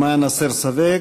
למען הסר ספק,